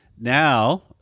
now